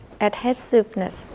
adhesiveness